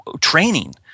training